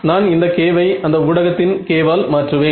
நான் இந்த k வை அந்த ஊடகத்தின் k வால் மாற்றுவேன்